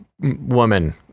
woman